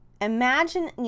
imagine